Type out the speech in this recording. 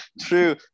true